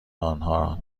آنها